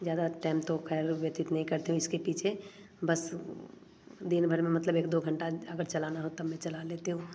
ज़्यादा टाइम तो खैर व्यतीत नहीं करते हूँ इसके पीछे बस दिन भर में मतलब एक दो घंटा अगर चलना हो तब मैं चला लेती हूँ